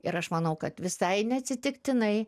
ir aš manau kad visai neatsitiktinai